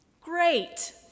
Great